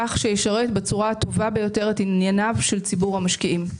כך שישרת בצורה הטובה ביותר את ענייניו של ציבור המשקיעים.